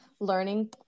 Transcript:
learning